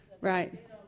right